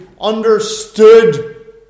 understood